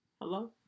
Hello